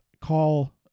call